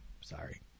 Sorry